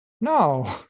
No